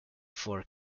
for